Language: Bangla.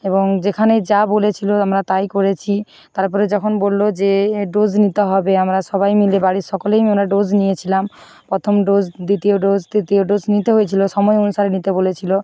এবং যেখানে যা বলেছিলো আমরা তাই করেছি তারপরে যখন বললো যে ডোস নিতে হবে আমরা সবাই মিলে বাড়ির সকলেই আমরা ডোস নিয়েছিলাম প্রথম ডোস দ্বিতীয় ডোস তৃতীয় ডোস নিতে হয়েছিলো সময় অনুসারে নিতে বলেছিলো